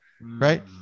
right